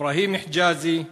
אברהים חג'אזי,